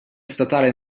statale